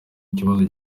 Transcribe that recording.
ikibazo